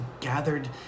gathered